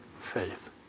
faith